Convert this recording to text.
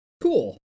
cool